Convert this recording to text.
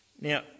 Now